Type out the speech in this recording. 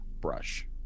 brush